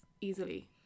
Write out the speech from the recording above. easily